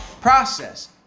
process